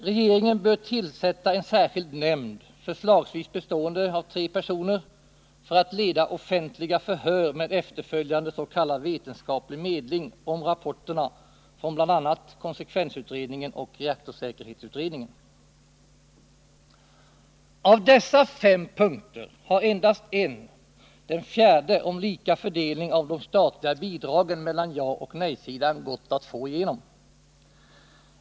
Regeringen bör tillsätta en särskild nämnd, förslagsvis bestående av tre personer, för att leda offentliga förhör med efterföljande s.k. vetenskaplig medling om rapporterna från bl.a. konsekvensutredningen och reaktorsäkerhetsutredningen. Av dessa fem punkter har endast en — den fjärde om lika fördelning av de statliga bidragen mellan jaoch nej-sidan — gått att få igenom.